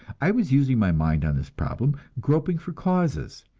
i was using my mind on this problem, groping for causes.